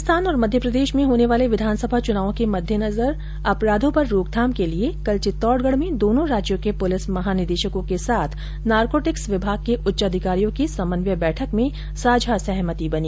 राजस्थान और मध्यप्रदेश में होने वाले विधानसभा चुनावों के मद्देनजर अपराधो पर रोकथाम के लिए कल चित्तौडगढ़ में दोनों राज्यों के पुलिस महानिदेशर्को के साथ नारकोटिक्स विभाग के उच्च अधिकारियों की समन्वय बैठक में साझा सहमति बनी